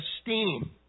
esteem